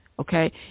Okay